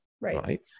right